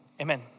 Amen